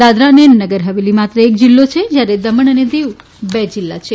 દાદરા અને નગર હવેલી માત્ર એક જિલ્લો છે જયારે દમણ અને દીવ બે જિલ્લા છે